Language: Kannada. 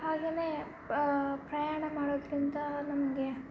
ಹಾಗೆಯೇ ಪ್ರಯಾಣ ಮಾಡೋದರಿಂದ ನಮಗೆ